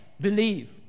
believe